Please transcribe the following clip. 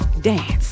Dance